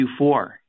Q4